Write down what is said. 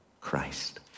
Christ